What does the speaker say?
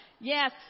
Yes